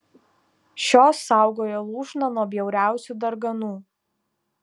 šios saugojo lūšną nuo bjauriausių darganų